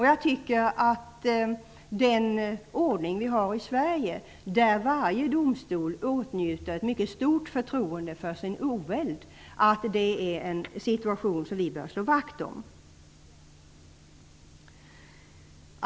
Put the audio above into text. Jag tycker att den ordning vi har i Sverige, där varje domstol åtnjuter ett stort förtroende för sin oväld är något vi bör slå vakt om.